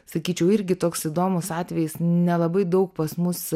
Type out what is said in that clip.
sakyčiau irgi toks įdomus atvejis nelabai daug pas mus